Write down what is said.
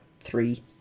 three